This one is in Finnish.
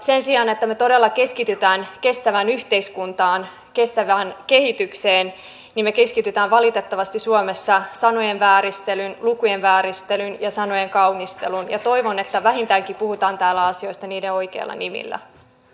sen sijaan että me todella keskittyisimme kestävään yhteiskuntaan kestävään kehitykseen me keskitymme valitettavasti suomessa sanojen vääristelyyn lukujen vääristelyyn ja sanojen kaunisteluun ja toivon että vähintäänkin puhutaan täällä asioista niiden oikeilla nimillä